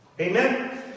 Amen